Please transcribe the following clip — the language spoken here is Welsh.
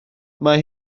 mae